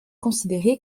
considéré